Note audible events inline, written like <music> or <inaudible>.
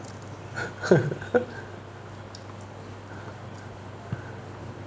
<laughs>